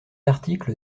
article